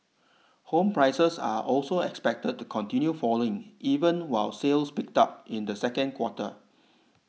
home prices are also expected to continue falling even while sales picked up in the second quarter